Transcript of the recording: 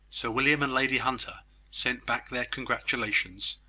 sir william and lady hunter sent back their congratulations,